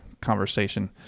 conversation